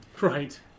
Right